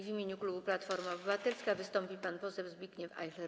W imieniu klubu Platforma Obywatelska wystąpi pan poseł Zbigniew Ajchler.